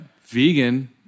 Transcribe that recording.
vegan